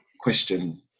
question